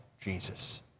Jesus